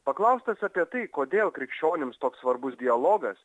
paklaustas apie tai kodėl krikščionims toks svarbus dialogas